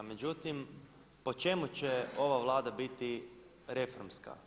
Međutim, po čemu će ova Vlada biti reformska?